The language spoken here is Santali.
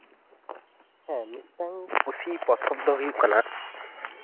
ᱦᱮᱸ ᱢᱤᱫᱴᱮᱱ ᱠᱩᱥᱤ ᱯᱚᱛᱚᱵᱽ ᱫᱚ ᱦᱩᱭᱩᱜ ᱠᱟᱱᱟ